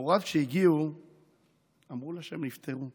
למוחרת כשהם הגיעו אמרו לה שהם נפטרו.